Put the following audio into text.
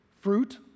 fruit